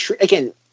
again